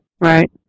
Right